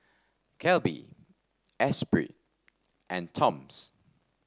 Calbee Esprit and Toms